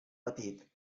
petit